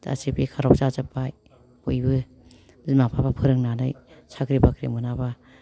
गासिबो बेखाराव जाजोबबाय बयबो बिमा बिफाफ्रा फोरोंनानै साख्रि बाख्रि मोनाबा